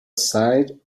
side